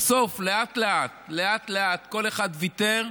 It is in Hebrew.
בסוף לאט-לאט כל אחד ויתר,